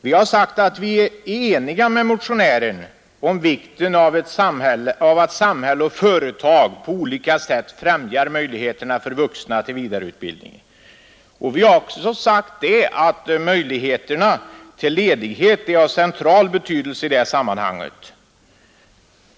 Vi har sagt att vi är ense med motionären om 39 vikten av att samhälle och företag på olika sätt främjar möjligheterna för vuxna till vidareutbildning. Vi har också sagt att möjligheterna till ledighet är av central betydelse i det här sammanhanget.